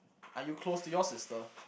are you close to your sister